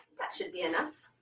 that should be enough.